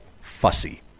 fussy